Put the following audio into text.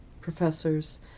professors